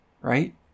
right